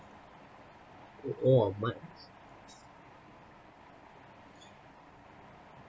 oh oo my